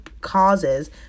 causes